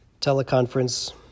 teleconference